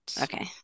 okay